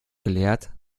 geleert